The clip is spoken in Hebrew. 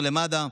מעבר למד"א.